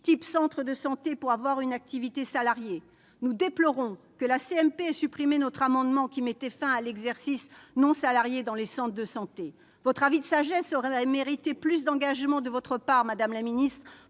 type centre de santé, pour avoir une activité salariée. Nous déplorons que la commission mixte paritaire ait supprimé notre amendement qui visait à mettre fin à l'exercice non salarié dans les centres de santé. Votre avis de sagesse aurait mérité plus d'engagement de votre part, madame la ministre,